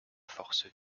forces